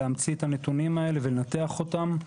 להמציא את הנתונים האלה ולנתח אותם.